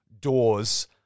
doors